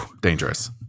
dangerous